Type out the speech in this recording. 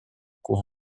cour